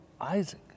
Isaac